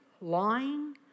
lying